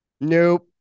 nope